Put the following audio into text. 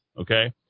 okay